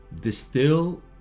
distill